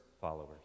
followers